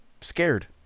scared